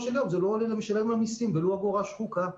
של יום זה לא עולה למשלם המסים ולו אגורה שחוקה.